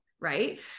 right